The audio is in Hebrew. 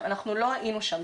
אנחנו לא היינו שם.